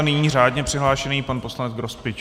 Nyní řádně přihlášený pan poslanec Grospič.